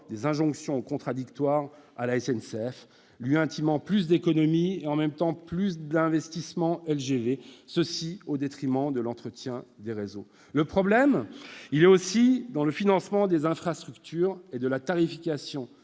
des injonctions contradictoires à la SNCF, lui intimant plus d'économies et, en même temps, plus d'investissements pour les LGV, et ce au détriment de l'entretien des réseaux. Le problème, il est aussi dans le financement des infrastructures et de la tarification